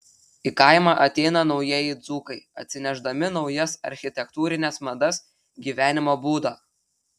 į kaimą ateina naujieji dzūkai atsinešdami naujas architektūrines madas gyvenimo būdą